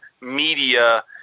media